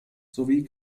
sowie